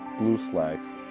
blue slacks,